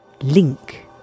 Link